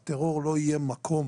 לטרור לא יהיה מקום